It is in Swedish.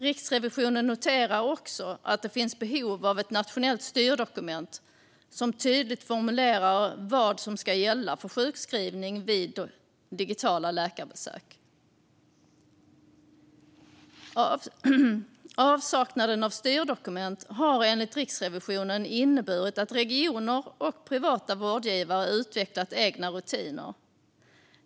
Riksrevisionen noterar också att det finns behov av ett nationellt styrdokument som tydligt formulerar vad som ska gälla för sjukskrivning vid digitala läkarbesök. Avsaknaden av styrdokument har enligt Riksrevisionen inneburit att regioner och privata vårdgivare utvecklat egna rutiner.